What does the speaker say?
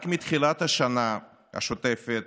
רק מתחילת השנה השוטפת,